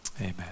Amen